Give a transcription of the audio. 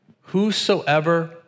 Whosoever